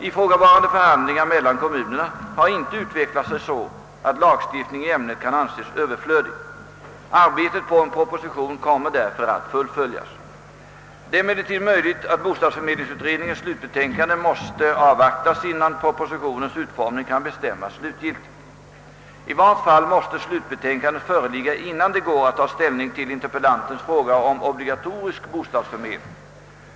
Ifrågavarande förhandlingar mellan kommunerna har inte utvecklat sig så att lagstiftning i ämnet kan anses över flödig. Arbetet på en proposition kommer därför att fullföljas. Det är emellertid möjligt att bostadsförmedlingsutredningens slutbetänkande måste avvaktas innan propositionens utformning kan bestämmas slutgiltigt. I vart fall måste slutbetänkandet föreligga innan det går att ta ställning till interpellantens fråga om obligatorisk bostadsförmedling.